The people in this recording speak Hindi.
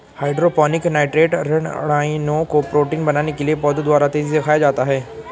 हाइड्रोपोनिक नाइट्रेट ऋणायनों को प्रोटीन बनाने के लिए पौधों द्वारा तेजी से खाया जाता है